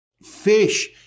Fish